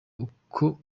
uko